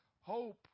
Hope